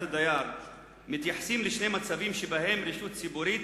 הדייר מתייחסים לשני מצבים שבהם רשות ציבורית,